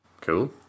Cool